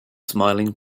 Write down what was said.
smiling